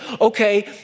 okay